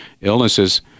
illnesses